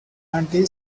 anti